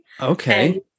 Okay